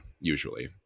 usually